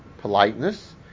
politeness